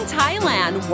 Thailand